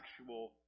actual